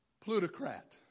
plutocrat